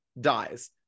dies